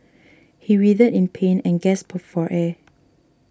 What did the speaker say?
he writhed in pain and gasped for air